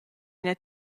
ina